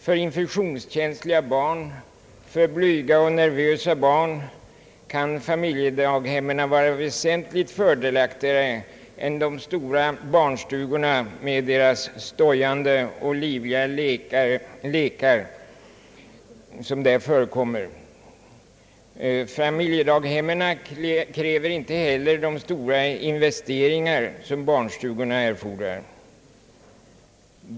För infektionskänsliga barn, för blyga och nervösa barn kan familjedaghemmen vara väsentligt fördelaktigare än stora barnstugor, med de stojande och livliga lekar som där förekommer. Familjedaghemmen kräver inte heller de stora investeringar som barnstugorna erfordrar.